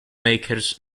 makers